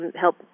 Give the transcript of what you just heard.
help